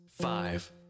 five